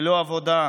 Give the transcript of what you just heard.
ללא עבודה,